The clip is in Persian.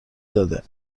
داده